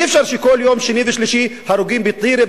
אי-אפשר שכל יום שני ושלישי הרוגים בטירה,